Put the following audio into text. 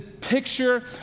picture